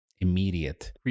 immediate